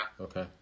Okay